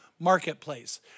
marketplace